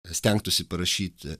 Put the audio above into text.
stengtųsi parašyt